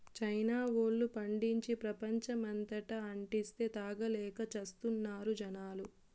China వోల్లు పండించి, ప్రపంచమంతటా అంటిస్తే, తాగలేక చస్తున్నారు జనాలు